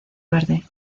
verde